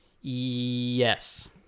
Yes